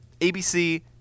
ABC